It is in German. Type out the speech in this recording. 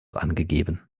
angegeben